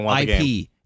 IP